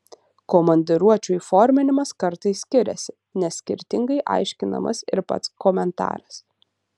komandiruočių įforminimas kartais skiriasi nes skirtingai aiškinamas ir pats komentaras